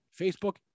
Facebook